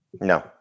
No